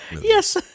Yes